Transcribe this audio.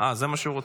זה מה שהוא רוצה.